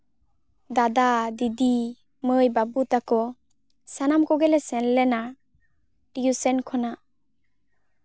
ᱫᱟᱫᱟᱼᱫᱤᱫᱤ ᱢᱟᱹᱭ ᱵᱟᱹᱵᱩ ᱛᱟᱠᱚ ᱥᱟᱱᱟᱢ ᱠᱚᱜᱮᱞᱮ ᱥᱮᱱ ᱞᱮᱱᱟ ᱤᱭᱟᱹ ᱥᱮᱱ ᱠᱷᱚᱱᱟᱜ